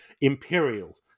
imperial